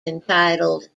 entitled